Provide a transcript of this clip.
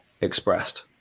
expressed